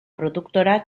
produktora